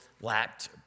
lacked